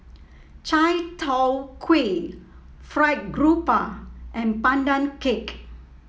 Chai Tow Kway fried grouper and Pandan Cake